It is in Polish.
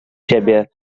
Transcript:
siebie